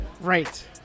Right